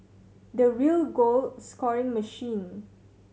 the real goal scoring machine